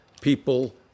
people